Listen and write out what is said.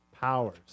powers